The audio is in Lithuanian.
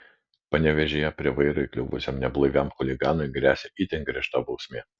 panevėžyje prie vairo įkliuvusiam neblaiviam chuliganui gresia itin griežta bausmė